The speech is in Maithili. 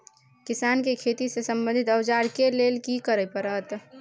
किसान के खेती से संबंधित औजार के लेल की करय परत?